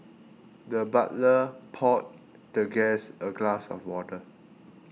the butler poured the guest a glass of water